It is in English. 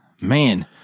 man